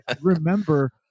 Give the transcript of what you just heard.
remember